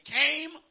came